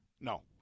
No